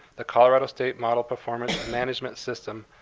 the colorado state model performance management system,